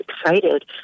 excited